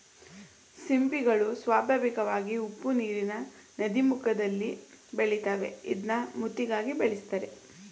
ಸಿಂಪಿಗಳು ಸ್ವಾಭಾವಿಕವಾಗಿ ಉಪ್ಪುನೀರಿನ ನದೀಮುಖದಲ್ಲಿ ಬೆಳಿತಾವೆ ಇದ್ನ ಮುತ್ತಿಗಾಗಿ ಬೆಳೆಸ್ತರೆ